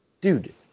dude